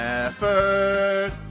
effort